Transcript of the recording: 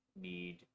need